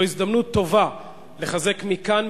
זאת הזדמנות טובה לחזק מכאן,